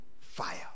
fire